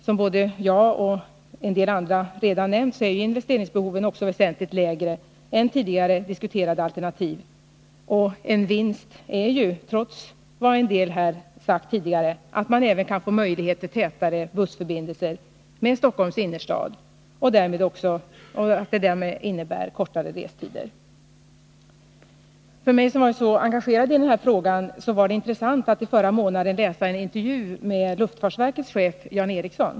Som både jag och en del andra redan nämnt är ju investeringsbehoven också väsentligt lägre än i tidigare diskuterade alternativ, och en vinst är — trots vad en del här sagt tidigare — att man även kan få möjlighet till tätare bussförbindelser med Stockholms innerstad, varigenom restiderna blir kortare. För mig, som varit så engagerad i den här frågan, var det intressant att i förra månaden läsa en intervju med luftfartsverkets chef Jan Eriksson.